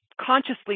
consciously